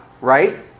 right